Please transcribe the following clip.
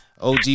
og